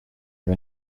for